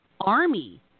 Army